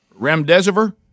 Remdesivir